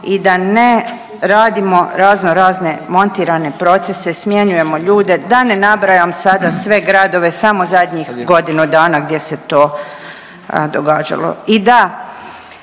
i da ne radimo razno razne montirane procese i smjenjujemo ljude, da ne nabrajam sada sve gradove samo zadnjih godinu dana gdje se to događalo.